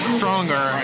stronger